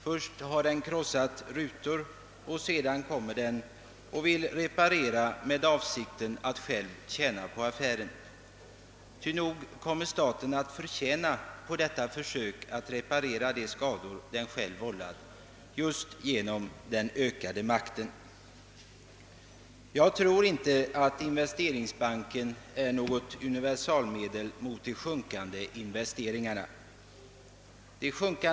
Först har den krossat rutor och sedan kommer den och vill reparera med avsikt att själv tjäna på affären. Jag tror inte att investeringsbanken är något universalmedel mot de sjunkande investeringarna.